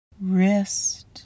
wrist